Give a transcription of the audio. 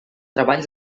treball